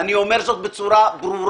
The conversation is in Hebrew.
ואני אומר זאת בצורה ברורה.